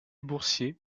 boursiers